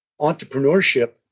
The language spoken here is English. entrepreneurship